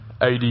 AD